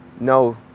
No